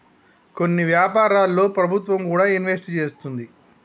కొన్ని వ్యాపారాల్లో ప్రభుత్వం కూడా ఇన్వెస్ట్ చేస్తుంది